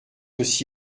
aussi